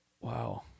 wow